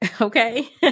okay